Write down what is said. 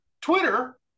Twitter